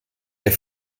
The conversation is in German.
der